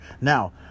Now